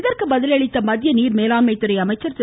இதற்கு பதில் அளித்த மத்திய நீர் மேலாண்மை துறை அமைச்சர் திரு